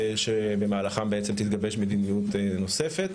שבמהלכה בעצם תתגבש החלטת מדיניות נוספת.